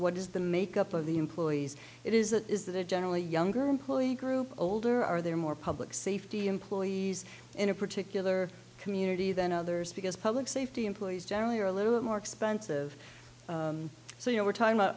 what is the makeup of the employees it is that is that it generally younger employee group older or are there more public safety employees in a particular community than others because public safety employees generally are a little bit more expensive so you know we're talking about